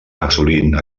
assolint